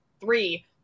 three